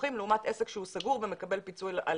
פתוחים לעומת עסק שהוא סגור ומקבל פיצוי.